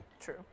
True